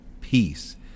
peace